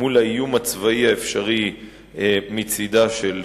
מול האיום הצבאי האפשרי מצדה של סוריה,